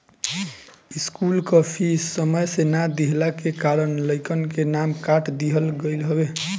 school कअ fees समय से ना देहला के कारण लइकन के नाम काट दिहल गईल हवे